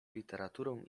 literaturą